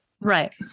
right